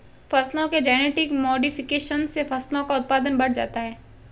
फसलों के genetic modification से फसलों का उत्पादन बढ़ जाता है